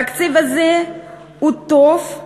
התקציב הזה הוא טוב,